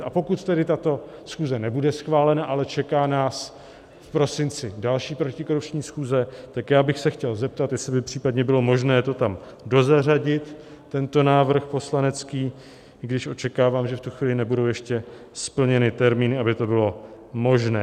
A pokud tedy tato schůze nebude schválena, ale čeká nás v prosinci další protikorupční schůze, tak bych se chtěl zeptat, jestli by případně bylo možné tam dozařadit tento poslanecký návrh, i když očekávám, že v tu chvíli nebudou ještě splněny termíny, aby to bylo možné.